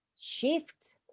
shift